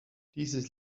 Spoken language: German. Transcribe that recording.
dieses